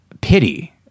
pity